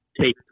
take